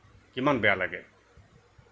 কিমান বেয়া লাগে